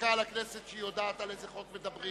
וחזקה על הכנסת שהיא יודעת על איזה חוק מדברים,